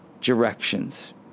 directions